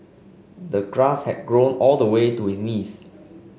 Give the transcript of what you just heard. the grass had grown all the way to his knees